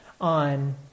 on